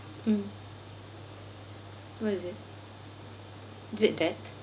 mm what is it is it death